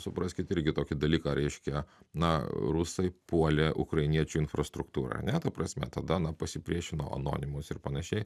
supraskit irgi tokį dalyką reiškia na rusai puolė ukrainiečių infrastruktūrą ar ne ta prasme tada na pasipriešino anonimus ir panašiai